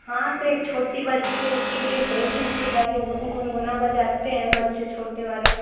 हाँ तो एक छोटी बच्ची है उसके लिए भेज दीजिएगा जो घुनघुना बजाते हैं बच्चे छोटे वाले